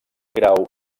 grau